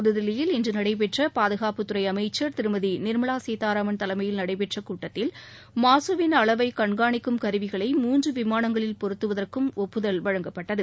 புதுதில்லியில் இன்று நடைபெற்ற பாதுகாப்பு துறை அமைச்சர் திருமதி நிர்மலா சீதாராமன் தலைமையில் நடைபெற்ற கூட்டத்தில் மாசுவின் அளவை கண்காணிக்கும் கருவிகளை மூன்று விமானங்களில் பொறுத்துவதற்கு ஒப்புதல் வழங்கப்பட்டது